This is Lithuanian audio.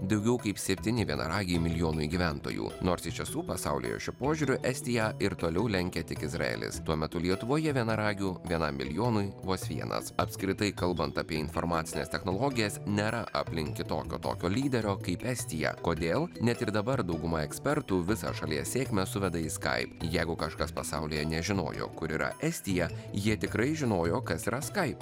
daugiau kaip septyni vienaragiai milijonui gyventojų nors iš tiesų pasaulyje šiuo požiūriu estiją ir toliau lenkia tik izraelis tuo metu lietuvoje vienaragių vienam milijonui vos vienas apskritai kalbant apie informacines technologijas nėra aplink kitokio tokio lyderio kaip estija kodėl net ir dabar dauguma ekspertų visą šalies sėkmę suveda į skaip jeigu kažkas pasaulyje nežinojo kur yra estija jie tikrai žinojo kas yra skaip